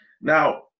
Now